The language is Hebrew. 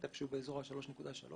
איפה שהוא באזור ה-3.3.